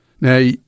now